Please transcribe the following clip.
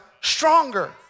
stronger